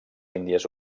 índies